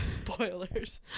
spoilers